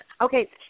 Okay